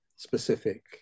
specific